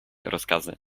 rozkazy